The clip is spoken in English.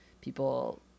people